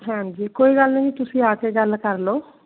ਹਾਂਜੀ ਕੋਈ ਗੱਲ ਨੀ ਜੀ ਤੁਸੀਂ ਆ ਕੇ ਗੱਲ ਕਰਲੋ